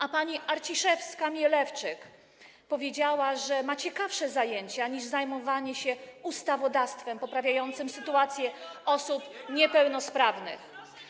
A pani Arciszewska-Mielewczyk powiedziała, że ma ciekawsze zajęcia niż zajmowanie się ustawodawstwem poprawiającym sytuację osób niepełnosprawnych.